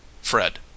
Fred